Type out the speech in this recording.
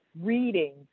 reading